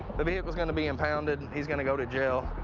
the vehicle's going to be impounded. he's going to go to jail.